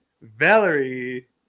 Valerie